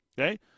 Okay